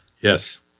Yes